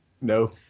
No